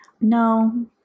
No